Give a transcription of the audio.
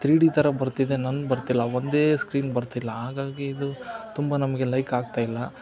three D ಥರ ಬರ್ತಿದೆ ನಂಗೆ ಬರ್ತಿಲ್ಲ ಒಂದೇ ಸ್ಕ್ರೀನ್ ಬರ್ತಿಲ್ಲ ಹಾಗಾಗಿ ಇದು ತುಂಬ ನಮಗೆ ಲೈಕ್ ಆಗ್ತಾ ಇಲ್ಲ